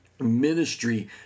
ministry